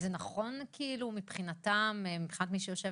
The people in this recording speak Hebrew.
זה נכון מבחינתם, מבחינת מי שיושב